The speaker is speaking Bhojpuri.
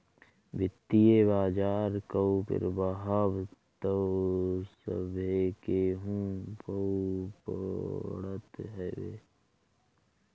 वित्तीय बाजार कअ प्रभाव तअ सभे केहू पअ पड़त हवे